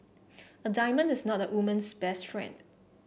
a diamond is not a woman's best friend